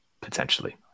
Potentially